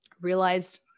realized